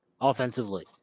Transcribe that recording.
offensively